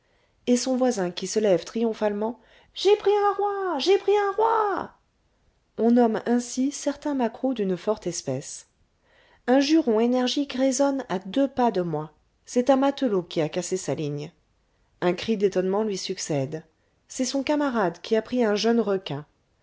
et son voisin qui se lève triomphalement j'ai pris un roi j'ai pris un roi on nomme ainsi certain maquereau d'une forte espèce un juron énergique résonne à deux pas de moi c'est un matelot qui a cassé sa ligne un cri d'étonnement lui succède c'est son camarade qui a pris un jeune requin